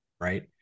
right